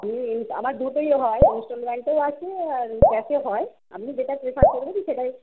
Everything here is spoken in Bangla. হ্যাঁ আমার দুটোই হয় ইনস্টলমেন্টও আছে আর ক্যাশে হয় আপনি যেটা প্রেফার করবেন সেটাই